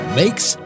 makes